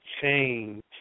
change